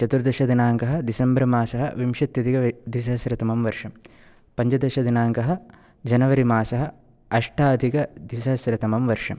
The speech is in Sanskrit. चतुर्दशदिनाङ्कः दिसम्बर्मासः विंशत्यधिकवे द्विसहस्रतमं वर्षं पञ्चदशदिनाङ्कः जनवरिमासः अष्टाधिकद्विसहस्रतमं वर्षं